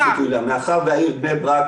חברת הכנסת יוליה מלינובסקי, מאחר והעיר בני ברק